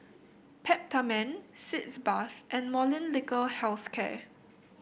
Peptamen Sitz Bath and Molnylcke Health Care